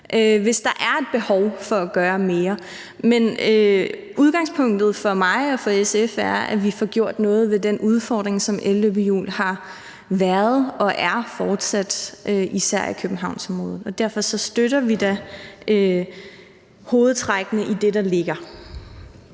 hvis der er et behov for at gøre mere. Men udgangspunktet for mig og for SF er, at vi får gjort noget ved den udfordring, som elløbehjul har været og fortsat er, især i Københavnsområdet, og derfor støtter vi da i hovedtræk det, der ligger.